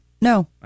No